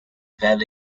valet